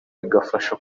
bikabafasha